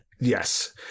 Yes